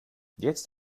jetzt